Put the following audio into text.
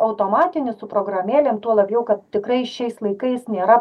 automatinis su programėlėm tuo labiau kad tikrai šiais laikais nėra